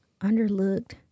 underlooked